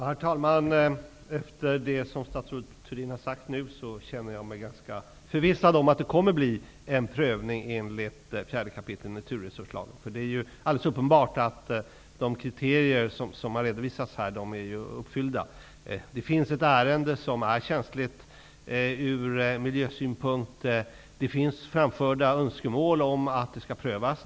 Herr talman! Efter det som statsrådet Thurdin nu har sagt, känner jag mig ganska förvissad om att det kommer att bli en prövning enligt 4 kap. naturresurslagen. Det är ju alldeles uppenbart att de kriterier som har redovisats här är uppfyllda. Det finns ett ärende som är känsligt ur miljösynpunkt. Det finns framförda önskemål om att ärendet skall prövas.